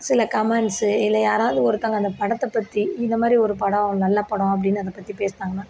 சில கமண்ட்ஸு இல்லை யாராவது ஒருத்தவங்க அந்த படத்தைப் பற்றி இந்தமாதிரி ஒரு படம் நல்ல படம் அப்படின்னு அதைப் பற்றி பேசுனாங்கன்னா